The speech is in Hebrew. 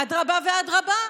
אדרבה ואדרבה.